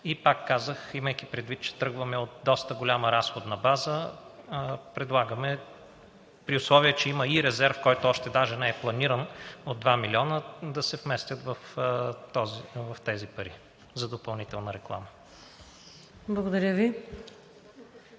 И пак казвам, имайки предвид, че тръгваме от доста голяма разходна база, предлагаме, при условие че има и резерв, който още даже не е планиран от 2 милиона, да се вместят в тези пари за допълнителна реклама. ПРЕДСЕДАТЕЛ